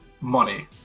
money